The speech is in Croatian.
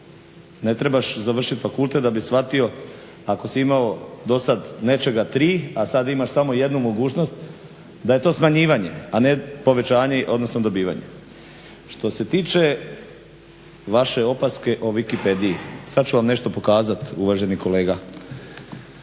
Ne trebaš završiti fakultet da bih shvatio ako si imao do sada nečega tri, a sada imaš samo jednu mogućnost da je to smanjivanje, a ne povećanje odnosno dobivanje. Što se tiče vaše opaske o wikipediji sada ću vam nešto pokazati uvaženi kolega.